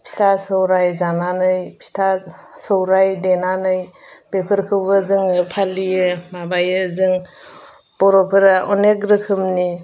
फिथा सौराय जानानै फिथा सौराय देनानै बेफोरखौबो जोङो फालियो माबायो जों बर'फोरा अनेक रोखोमनि